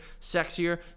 sexier